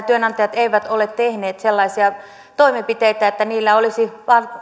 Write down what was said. työnantajat eivät ole tehneet sellaisia toimenpiteitä että niillä olisi